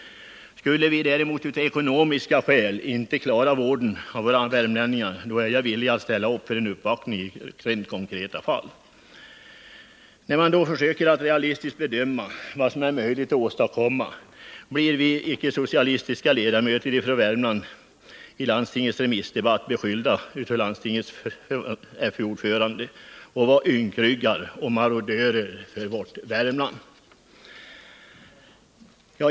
Skulle vi däremot av ekonomiska skäl inte klara vården av våra värmlänningar, är jag villig att ställa upp för uppvaktning i konkreta fall. När vi försöker att realistiskt bedöma vad som är möjligt att åstadkomma blir vi icke-socialistiska ledamöter från Värmland i landstingets remissdebatt beskyllda av landstingets förvaltningsutskotts ordförande för att vara ynkryggar och marodörer mot vårt Värmland.